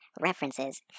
references